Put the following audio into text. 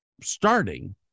Starting